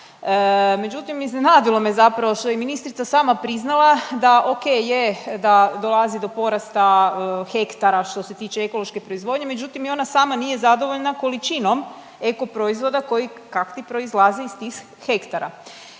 međutim iznenadilo me zapravo, što je i ministrica sama priznala da ok, je da dolazi do porasta hektara što se tiče ekološke proizvodnje međutim i ona sama nije zadovoljna količinom eko proizvoda koji kak ti proizlaze iz tih hektara.